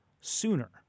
sooner